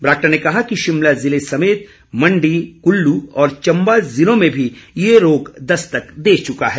बरागटा ने कहा कि शिमला जिले समेत मण्डी कुल्लू और चम्बा ज़िलों में भी ये रोग दस्तक दे चुका है